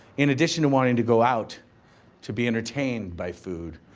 in addition to wanting to go out to be entertained by food,